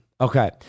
Okay